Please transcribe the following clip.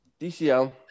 DCL